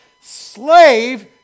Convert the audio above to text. Slave